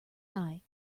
eye